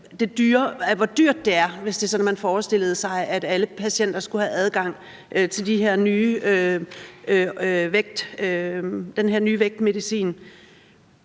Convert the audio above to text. hvor dyrt det ville være, hvis man forestillede sig, at alle patienter skulle have adgang til den her nye vægttabsmedicin.